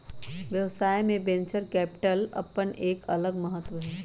व्यवसाय में venture capital के अपन एक अलग महत्व हई